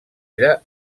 era